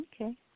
Okay